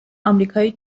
امریکای